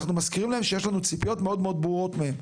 אנחנו מזכירים להם שיש ציפיות מאוד מאוד ברורות להם,